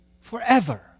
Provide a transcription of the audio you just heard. forever